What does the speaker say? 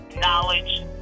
knowledge